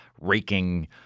raking